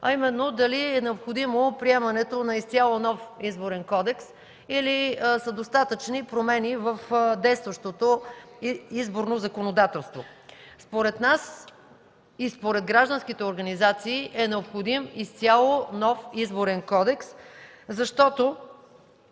а именно дали е необходимо приемането на изцяло нов Изборен кодекс или са достатъчни промени в действащото изборно законодателство. Според нас и според гражданските организации е необходим изцяло нов Изборен кодекс, защото,